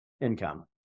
income